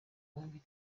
babiri